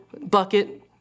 bucket